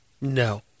No